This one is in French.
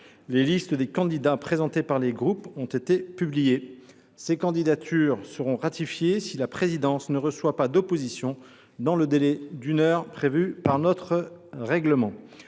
les listes des candidats présentés par les groupes ont été publiées. Ces candidatures seront ratifiées si la présidence ne reçoit pas d’opposition dans le délai d’une heure prévu par notre règlement.